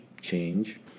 change